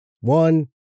One